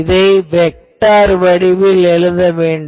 இதை வெக்டார் வடிவில் எழுத வேண்டும்